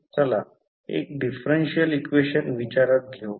चला एक differential equation विचारात घेऊ